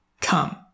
come